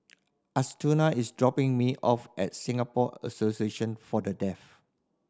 Assunta is dropping me off at Singapore Association For The Deaf